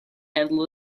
handle